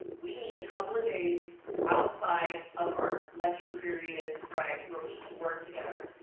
we need a couple of days outside of our lecture period right. where we can work together.